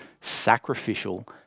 sacrificial